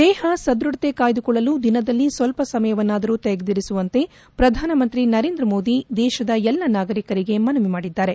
ದೇಹ ಸದ್ಯಢತೆ ಕಾಯ್ಗುಕೊಳ್ಳಲು ದಿನದಲ್ಲಿ ಸ್ತಲ್ಪ ಸಮಯವನ್ನಾದರು ತೆಗೆದಿರುಸುವಂತೆ ಪ್ರಧಾನ ಮಂತ್ರಿ ನರೇಂದ್ರ ಮೋದಿ ದೇಶದ ಎಲ್ಲ ನಾಗರಿಕರಿಗೆ ಮನವಿ ಮಾಡಿದ್ದಾರೆ